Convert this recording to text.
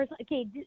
Okay